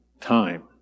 time